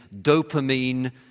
dopamine